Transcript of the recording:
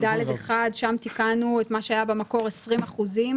6ד1. שם תיקנו את מה שהיה במקור 20 אחוזים